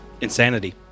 insanity